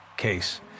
case